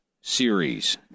series